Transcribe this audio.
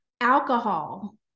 alcohol